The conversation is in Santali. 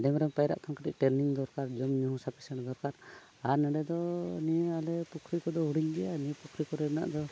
ᱰᱮᱢ ᱨᱮᱢ ᱯᱟᱭᱨᱟᱜ ᱠᱷᱟᱱ ᱠᱟᱹᱴᱤᱡ ᱴᱨᱮᱱᱤᱝ ᱫᱚᱨᱠᱟᱨ ᱡᱚᱢᱧᱩ ᱦᱚᱸ ᱥᱟᱯᱷᱤᱥᱤᱭᱟᱱ ᱫᱚᱨᱠᱟᱨ ᱟᱨ ᱱᱚᱰᱮ ᱫᱚ ᱱᱤᱭᱟᱹ ᱟᱞᱮ ᱯᱩᱠᱷᱨᱤ ᱠᱚᱫᱚ ᱦᱩᱰᱤᱝ ᱜᱮᱭᱟ ᱱᱤᱭᱟᱹ ᱯᱩᱠᱷᱨᱤ ᱠᱚᱨᱮᱱᱟᱜ ᱫᱚ